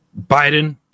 biden